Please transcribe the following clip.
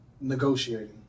negotiating